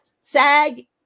SAG